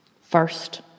First